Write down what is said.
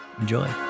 Enjoy